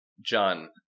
John